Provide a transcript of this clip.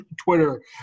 Twitter